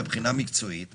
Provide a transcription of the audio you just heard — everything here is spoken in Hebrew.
מבחינה מקצועית,